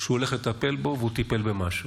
שהוא הולך לטפל בו והוא טיפל במשהו.